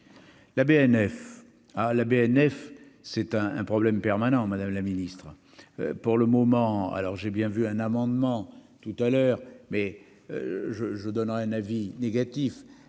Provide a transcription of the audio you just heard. la BNF c'est un un problème permanent, madame la ministre, pour le moment, alors j'ai bien vu un amendement tout à l'heure mais je je donnerai un avis négatif